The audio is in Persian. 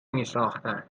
میساختند